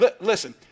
Listen